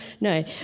No